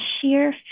sheer